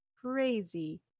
crazy